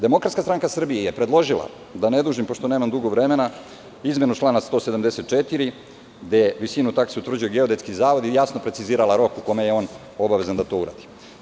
Demokratska stranka Srbije je predložila, da ne dužim, pošto nemam dugo vremena, izmenu člana 174. gde visinu taksi utvrđuju geodetski zavodi i jasno precizirala rok u kome je on obavezan da to uradi.